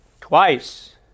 twice